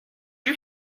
you